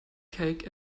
cake